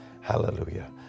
Hallelujah